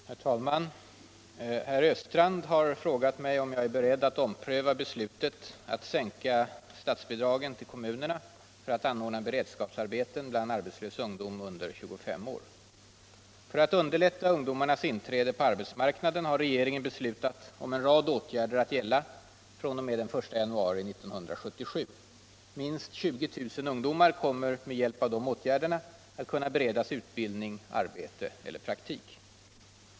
Herr talman! Herr Östrand har frågat mig om jag är beredd ompröva beslutet att sänka statsbidragen till kommunerna för att anordna beredskapsarbeten bland arbetslös ungdom under 25 år. För att underlätta ungdomarnas inträde på arbetsmarknaden har regeringen beslutat om en rad åtgärder, att gälla fr.o.m. den 1 januari 1977. Minst 20 000 ungdomar kommer med hjälp av dessa åtgärder att kunna beredas utbildning, arbete eller praktik.